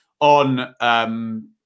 on